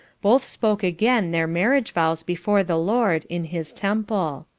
both spoke again their marriage vows before the lord, in his temple.